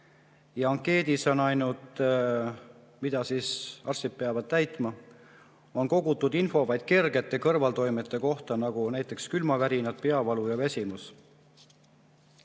Ankeedis, mida arstid peavad täitma, on kogutud infot vaid kergete kõrvaltoimete kohta, näiteks külmavärinad, peavalu ja väsimus.